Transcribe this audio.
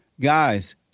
Guys